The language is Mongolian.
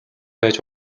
байж